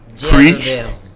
preached